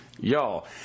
y'all